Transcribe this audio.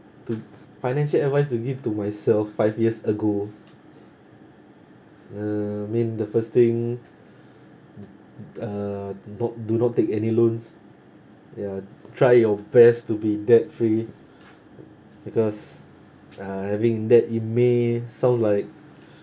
to financial advice to give to myself five years ago uh I mean the first thing uh do not do not take any loans ya try your best to be debt free because uh having debt it may sound like